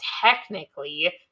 technically